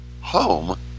home